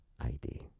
ID